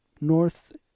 north